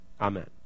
Amen